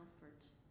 comforts